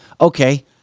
Okay